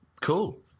Cool